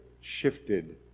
shifted